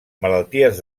malalties